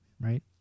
right